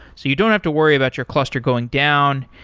so you don't have to worry about your cluster going down,